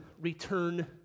return